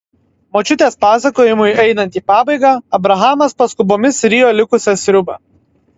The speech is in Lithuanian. močiutės pasakojimui einant į pabaigą abrahamas paskubomis rijo likusią sriubą